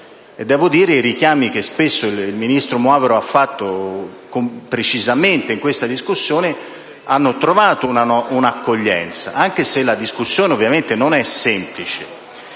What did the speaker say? devo dire che i richiami che spesso il ministro Moavero ha fatto precisamente in questa discussione hanno trovato un'accoglienza, anche se non è semplice.